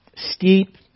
Steep